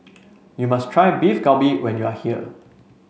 you must try Beef Galbi when you are here